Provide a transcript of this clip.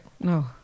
No